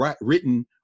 written